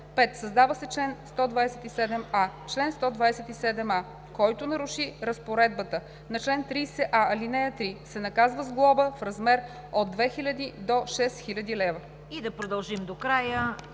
5. Създава се чл. 127а: „Чл. 127а. Който наруши разпоредбата на чл. 30а, ал. 3, се наказва с глоба в размер от 2000 до 6000 лв.“